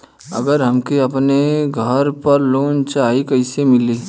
अगर हमके अपने घर पर लोंन चाहीत कईसे मिली?